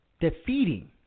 defeating